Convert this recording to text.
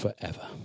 forever